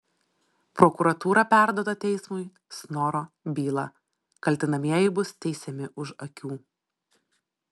prokuratūra perduoda teismui snoro bylą kaltinamieji bus teisiami už akių